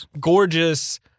gorgeous